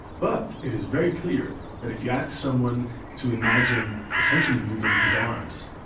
but it is very clear that if you ask someone to imagine essentially moving his arms,